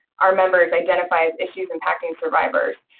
our members, identify as issues impacting survivors.